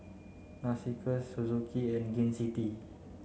Narcissus Suzuki and Gain City